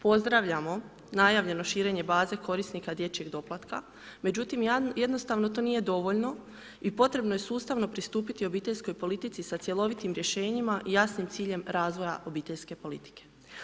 Pozdravljamo najavljeno širenje baze korisnika dječjeg doplatka, međutim jednostavno to nije dovoljno i potrebno je sustavno pristupiti obiteljskoj politici sa cjelovitim rješenjima i jasnim ciljem razvoja obiteljske politike.